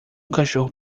cachorro